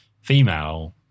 female